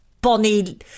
Bonnie